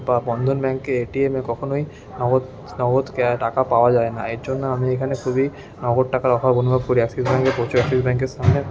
বা বন্ধন ব্যাঙ্কের এটিএমে কখনই নগদ নগদ ক্যা টাকা পাওয়া যায় না এর জন্য আমি এখানে খুবই নগদ টাকার অভাব অনুভব করি অ্যাক্সিস ব্যাঙ্কে ব্যাঙ্কের সামনে